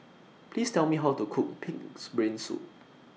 Please Tell Me How to Cook Pig'S Brain Soup